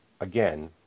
again